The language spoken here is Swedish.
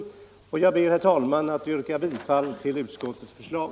Jag ber, herr talman, att få yrka bifall till utskottets förslag.